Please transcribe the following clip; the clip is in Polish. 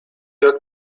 jak